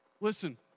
Listen